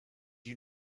you